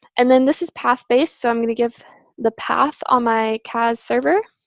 and then this is path-based. so i'm going to give the path on my cas server.